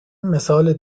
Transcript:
مثال